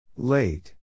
Late